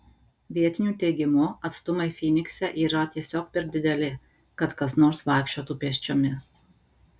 vietinių teigimu atstumai fynikse yra tiesiog per dideli kad kas nors vaikščiotų pėsčiomis